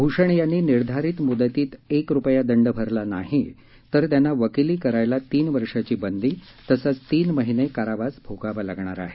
भूषण यांनी निर्धारित मुदतीत एक रुपया दंड भरला नाही तर त्यांना वकिली करण्यास तीन वर्षांची बंदी तसंच तीन महिने कारावास भोगावा लागणार आहे